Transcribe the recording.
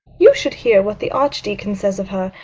you should hear what the archdeacon says of her.